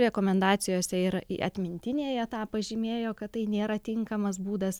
rekomendacijose ir į atmintinėje tą pažymėjo kad tai nėra tinkamas būdas